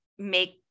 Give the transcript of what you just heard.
make